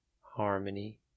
harmony